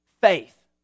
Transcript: faith